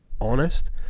honest